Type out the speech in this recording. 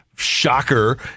shocker